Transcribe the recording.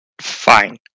Fine